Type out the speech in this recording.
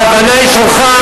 ההבנה היא שלך,